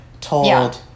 told